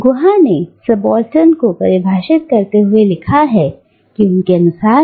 गुहा ने सबाल्टर्न को परिभाषित किया क्योंकि उनके अनुसार सबाल्टर्न अभिजात वर्ग से संबंधित है